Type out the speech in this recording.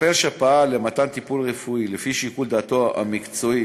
מטפל שפעל למתן טיפול רפואי לפי שיקול דעתו המקצועי